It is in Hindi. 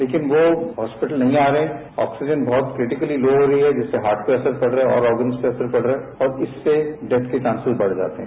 लेकिन वो हॉस्पिटल नहीं आ रहे हैं ऑक्सीजन बहुत क्रिटिकल लो हो रही है इससे हार्ट पर असर पड़ रहा है और ऑर्गनस पर असर पड़ रहा है और इससे डेथ के चांसिस बढ़ जाते हैं